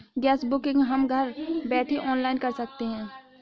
gas booking हम घर बैठे ऑनलाइन कर सकते है